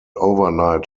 overnight